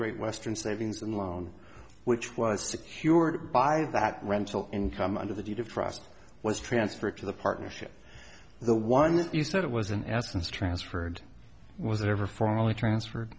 great western savings and loan which was secured by that rental income under the deed of trust was transferred to the partnership the one that you said it was in essence transferred was it ever formally transferred